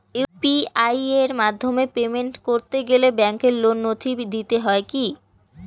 UPI এর মাধ্যমে payment করতে গেলে ব্যাংকের কোন নথি দিতে হয় কি?